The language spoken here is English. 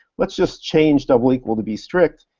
let's just change double equal to be strict.